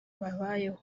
babayeho